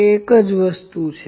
તે એક જ વસ્તુ છે